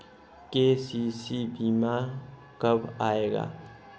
KCC बीमा कब आएगा?